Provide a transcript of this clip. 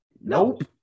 Nope